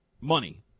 money